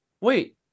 Wait